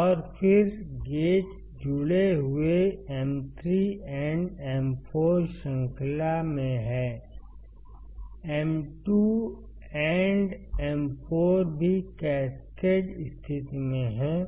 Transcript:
और फिर गेट जुड़े हुए हैं M3 and M4 श्रृंखला में हैं M2 and M4 भी कैस्केड स्थिति में हैं